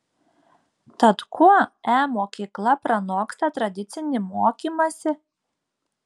tad kuo e mokykla pranoksta tradicinį mokymąsi